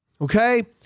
okay